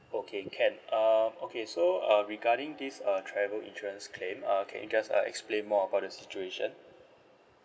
okay can uh okay so uh regarding this uh travel insurance claim uh can you just uh explain more about the situation